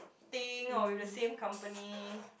thing or with the same company